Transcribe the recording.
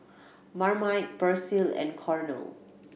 Marmite Persil and Cornell